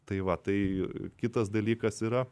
tai va tai kitas dalykas yra